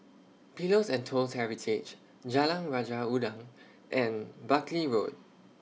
Pillows and Toast Heritage Jalan Raja Udang and Buckley Road